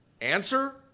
Answer